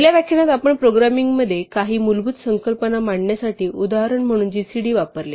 पहिल्या व्याख्यानात आपण प्रोग्रामिंगमध्ये काही मूलभूत संकल्पना मांडण्यासाठी उदाहरण म्हणून जीसीडी वापरले